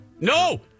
No